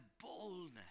boldness